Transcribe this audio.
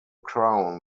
crown